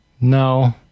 No